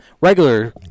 regular